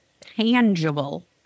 tangible